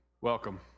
welcome